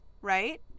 right